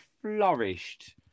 flourished